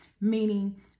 meaning